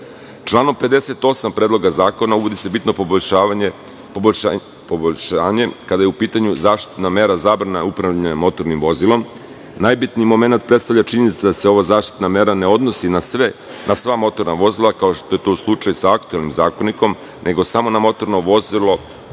mere. Članom 58. Predloga zakona, uvodi se bitno poboljšanje kada je u pitanju zaštitna mera zabrane upravljanja motornim vozilom. Najbitni momenat predstavlja činjenica da se ova zaštitna mera ne odnosi na sva motorna vozila, kao što je to slučaj sa aktuelnim zakonikom, nego samo motorno vozilo